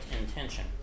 intention